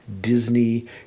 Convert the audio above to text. Disney